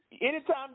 anytime